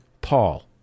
Paul